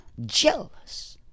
Jealous